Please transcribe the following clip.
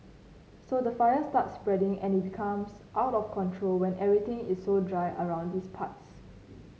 so the fire starts spreading and it becomes out of control when everything is so dry around his parts